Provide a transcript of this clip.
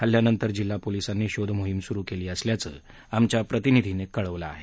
हल्ल्यानंतर जिल्हा पोलीसांनी शोधनोहीम सुरु केली असल्याचं आमच्या प्रतिनिधीनं कळवलं आहे